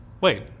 wait